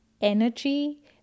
energy